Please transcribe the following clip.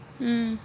mm